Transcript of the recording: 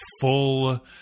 full